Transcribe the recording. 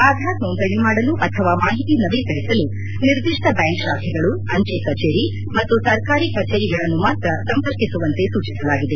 ಆಧಾರ್ ನೋಂದಣಿ ಮಾಡಲು ಅಥವಾ ಮಾಹಿತಿ ನವೀಕರಿಸಲು ನಿರ್ದಿಷ್ಟ ಬ್ಯಾಂಕ್ ಶಾಖೆಗಳು ಅಂಚೆ ಕಚೇರಿ ಮತ್ತು ಸರ್ಕಾರಿ ಕಚೇರಿಗಳನ್ನು ಮಾತ್ರ ಸಂಪರ್ಕಿಸುವಂತೆ ಸೂಚಿಸಲಾಗಿದೆ